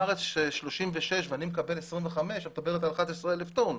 אם יש בארץ 36 ואני מקבל 25- את מבינה שאנחנו מדברים על 11,000 טון.